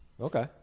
Okay